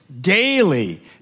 daily